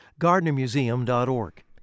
GardnerMuseum.org